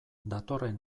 datorren